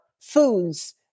foods